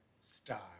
star